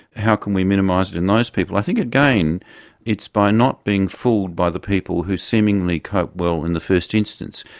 how can we minimise it in those people, i think again it's by not being fooled by the people who seemingly cope cope well in the first instance.